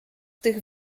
tych